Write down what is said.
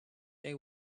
they